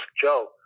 Joe